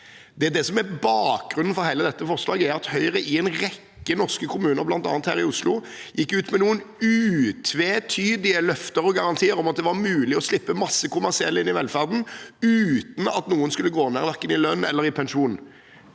det som er bakgrunnen for hele dette forslaget. Høyre gikk i en rekke norske kom muner, bl.a. her i Oslo, ut med noen utvetydige løfter og garantier om at det var mulig å slippe massevis av kommersielle inn i velferden, uten at noen skulle gå ned i verken lønn eller pensjon.